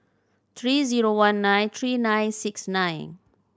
three zero one nine three nine six nine